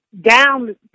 down